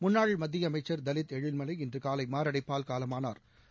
முன்னாள் மத்திய அமைச்சள் தலித் எழில்மலை இன்று காலை மாரடைப்பால் காலமானாா்